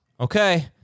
Okay